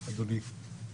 אדוני,